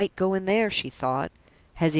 i might go in there! she thought.